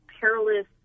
perilous